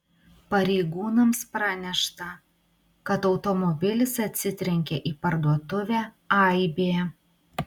pareigūnams pranešta kad automobilis atsitrenkė į parduotuvę aibė